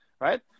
right